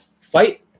fight